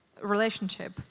relationship